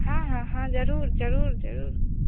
हाँ हाँ हाँ ज़रूर ज़रूर ज़रूर